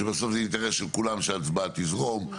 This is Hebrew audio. שבסוף זה אינטרס של כולנו שההצעה תזרום.